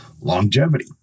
Longevity